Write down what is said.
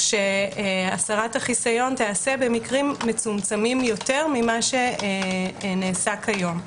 שהסרת החיסיון תיעשה במקרים מצומצמים יותר ממה שנעשה כיום.